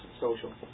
social